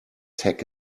tack